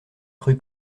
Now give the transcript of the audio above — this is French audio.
rue